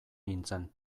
nintzen